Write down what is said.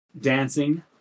dancing